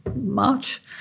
March